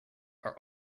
are